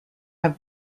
have